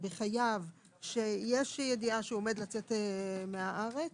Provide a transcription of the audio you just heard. בחייב שיש ידיעה שעומד לצאת מהארץ.